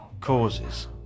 causes